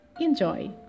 Enjoy